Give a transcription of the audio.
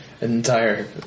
entire